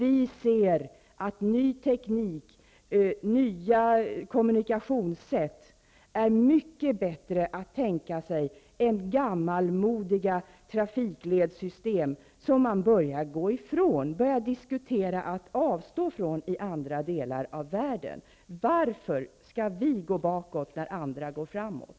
Vi anser att ny teknik och nya kommunikationssätt är mycket bättre än gammalmodiga trafikledssystem som man börjar gå ifrån -- man börjar nämligen diskutera att avstå från sådana system -- i andra delar av världen. Varför skall vi gå bakåt när andra går framåt?